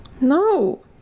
No